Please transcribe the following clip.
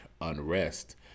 unrest